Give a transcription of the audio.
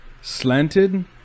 slanted